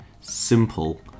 simple